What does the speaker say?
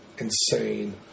Insane